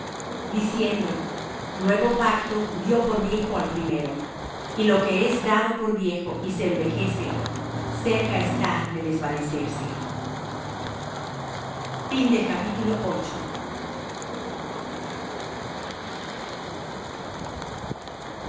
diciendo nuevo pacto dió por viejo al primero y lo que es dado por viejo y se envejece cerca está de desvanecerse tenia